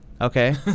Okay